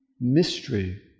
mystery